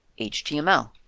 html